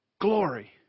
glory